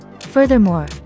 Furthermore